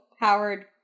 Howard